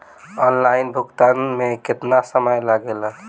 Online भुगतान में केतना समय लागेला?